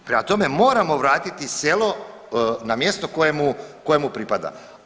Prema tome, moramo vratiti selo na mjesto kojemu pripada.